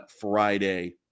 Friday